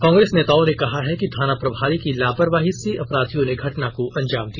कांग्रेस नेताओं ने कहा है कि थाना प्रभारी की लापरवाही से अपराधियों ने घटना को अंजाम दिया